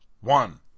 One